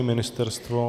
Ministerstvo?